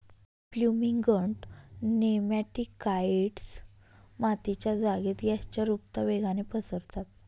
fumigant nematicides मातीच्या जागेत गॅसच्या रुपता वेगाने पसरतात